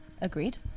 agreed